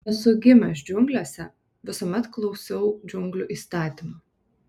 esu gimęs džiunglėse visuomet klausiau džiunglių įstatymų